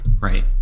Right